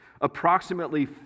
approximately